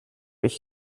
ich